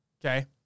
Okay